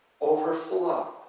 overflow